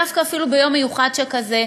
דווקא אפילו ביום מיוחד שכזה,